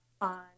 on